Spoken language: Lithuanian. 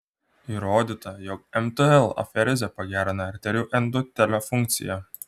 įrodyta jog mtl aferezė pagerina arterijų endotelio funkciją